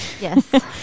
Yes